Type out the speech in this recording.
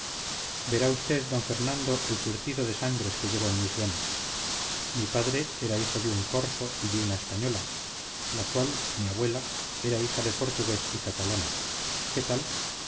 verá usted d fernando el surtido de sangres que llevo en mis venas mi padre era hijo de un corso y de una española la cual mi abuela era hija de portugués y catalana qué tal